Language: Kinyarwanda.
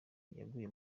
yaguye